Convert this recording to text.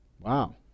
Wow